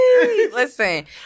listen